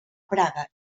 praga